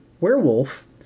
werewolf